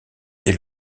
est